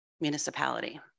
Municipality